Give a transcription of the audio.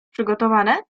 przygotowane